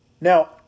Now